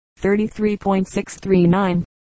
33.639